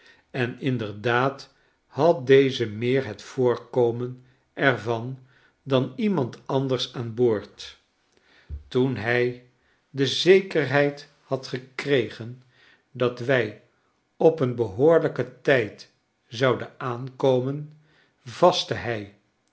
en inderdaad had deze meer het voorkomen er van dan iemand anders aan boord toen hy de zekerheid had gekregen dat wij op een behoorlijken tijd zouden aankomen vastte hij